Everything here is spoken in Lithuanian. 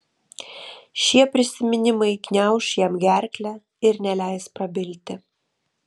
šie prisiminimai gniauš jam gerklę ir neleis prabilti